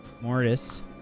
Mortis